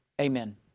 Amen